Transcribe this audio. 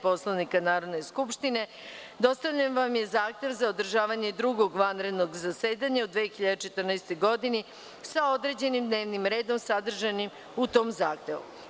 Poslovnika Narodne skupštine, dostavljen vam je zahtev za održavanje Drugog vanrednog zasedanja u 2014. godini, sa određenim dnevnim redom sadržanim u tom zahtevu.